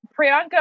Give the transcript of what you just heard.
Priyanka